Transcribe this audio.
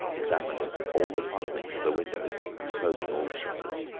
examine and all the fastenings of the windows, and close and all the shutters.